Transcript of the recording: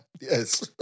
Yes